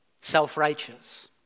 self-righteous